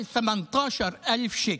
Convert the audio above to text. הוא אמר: 18,000 שקלים.